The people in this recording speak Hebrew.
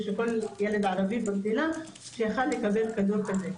ושל כל ילד ערבי במדינה שיכול היה לקבל כדור כזה.